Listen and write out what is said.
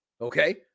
Okay